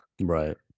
Right